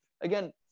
again